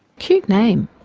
cute name,